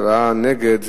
הצבעה נגד,